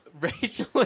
Rachel